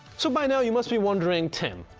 so by now you must be wondering, tim,